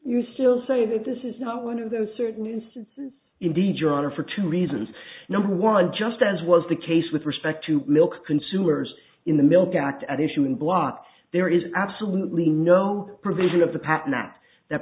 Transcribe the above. you still say that this is not one of those certain instances indeed your honor for two reasons number one just as was the case with respect to milk consumers in the milk act at issue in block there is absolutely no provision of the pa